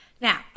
Now